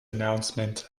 announcement